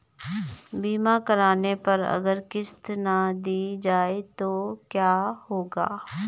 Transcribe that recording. बीमा करने पर अगर किश्त ना दी जाये तो क्या होगा?